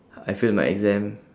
I fail my exam